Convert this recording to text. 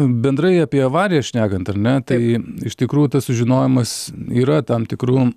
bendrai apie avariją šnekant ar ne tai iš tikrųjų tas sužinojimas yra tam tikrų